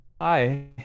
hi